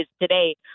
today